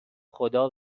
خدا